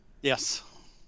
Yes